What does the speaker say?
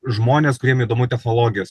žmonės kuriem įdomu technologijos